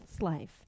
life